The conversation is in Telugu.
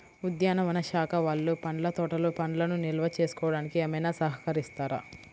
ఉద్యానవన శాఖ వాళ్ళు పండ్ల తోటలు పండ్లను నిల్వ చేసుకోవడానికి ఏమైనా సహకరిస్తారా?